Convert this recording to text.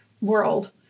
world